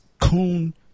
coon